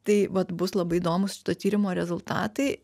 tai vat bus labai įdomūs to tyrimo rezultatai